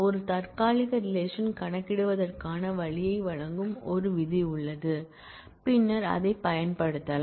ஒரு தற்காலிக ரிலேஷன் கணக்கிடுவதற்கான வழியை வழங்கும் ஒரு விதி உள்ளது பின்னர் அதைப் பயன்படுத்தலாம்